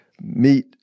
meet